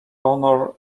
honour